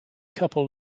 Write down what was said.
couple